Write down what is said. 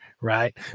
right